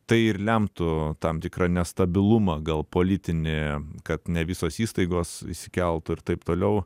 tai ir lemtų tam tikrą nestabilumą gal politinį kad ne visos įstaigos išsikeltų ir taip toliau